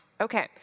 Okay